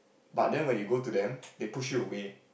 but then when you go to them they pushed you away